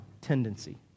tendency